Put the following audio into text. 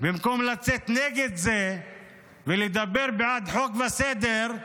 במקום לצאת נגד זה ולדבר בעד חוק וסדר,